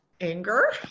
anger